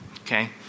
Okay